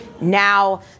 now